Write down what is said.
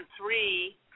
three